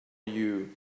you